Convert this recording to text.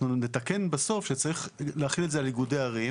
אנחנו נתקן בסוף שצריך להחיל את זה על איגודי ערים.